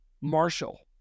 Marshall